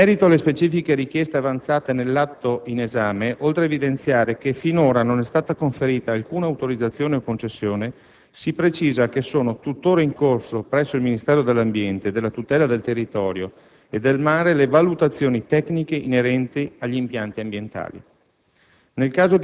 In merito alle specifiche richieste avanzate nell'atto in esame, oltre ad evidenziare che finora non è stata conferita alcuna autorizzazione o concessione, si precisa che sono tuttora in corso, presso il Ministero dell'ambiente e della tutela del territorio e del mare, le valutazioni tecniche inerenti gli impatti ambientali.